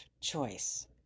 choice